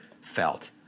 felt